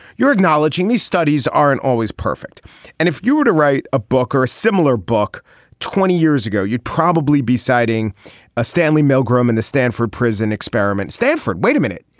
you're acknowledging these studies aren't always perfect and if you were to write a book or a similar book twenty years ago you'd probably be citing a stanley milgram in the stanford prison experiment stanford. wait a minute.